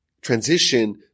transition